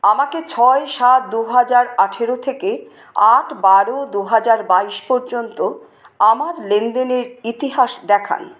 আমাকে ছয় সাত দুহাজার আঠারো থেকে আট বারো দুহাজার বাইশ পর্যন্ত আমার লেনদেনের ইতিহাস দেখান